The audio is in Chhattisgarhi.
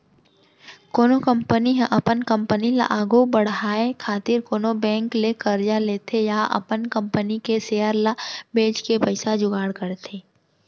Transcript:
कोनो कंपनी ह अपन कंपनी ल आघु बड़हाय खातिर कोनो बेंक ले करजा लेथे या अपन कंपनी के सेयर ल बेंच के पइसा जुगाड़ करथे